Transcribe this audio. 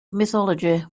mythology